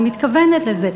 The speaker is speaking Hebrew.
אני מתכוונת לזה,